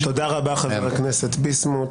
תודה רבה, חבר הכנסת ביסמוט.